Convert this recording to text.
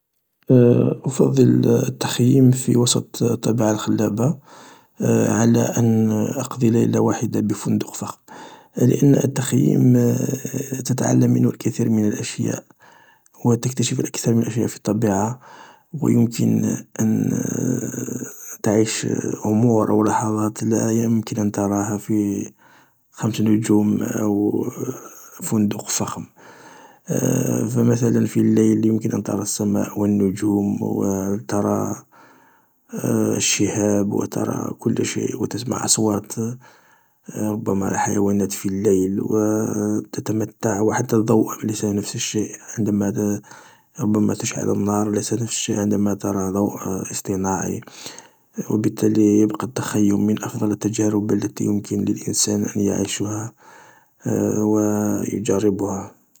أفضل التخييم في وسط الطبيعة الخلابة على ان أقضي ليلة واحدة بفندق فخم، لان التخييم تتعلم منه الكثير من الأشياء و تكتشف الكثير من الأشياء في الطبيعة و يمكن أن تعيش أمور أو لحظات لا يمكن ان تراها في خمس نجوم أو فندق فخم، فمثلا في الليل يمكن ان ترى السماء و النجوم و ترى الشهاب و ترى كل شيء و تسمع أصوات ربما الحيوانات في الليل و تتمتع و حتى الضوء ليس نفس الشيء عندما ربما تشعل النار ليس نفس الشيءعندما ترى ضوء اصطناعي و بالتالي يبقى التخيم من أفضل التجارب التي يمكن للانسان أن يعيشها و يجربها.